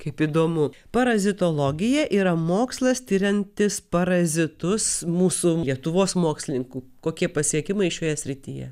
kaip įdomu parazitologija yra mokslas tiriantis parazitus mūsų lietuvos mokslininkų kokie pasiekimai šioje srityje